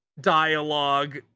dialogue